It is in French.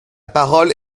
parole